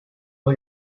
new